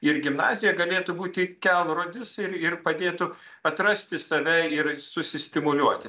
ir gimnazija galėtų būti kelrodis ir ir padėtų atrasti save ir susistimuliuoti